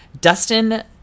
Dustin